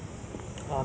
wait wait but